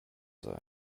sein